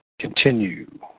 Continue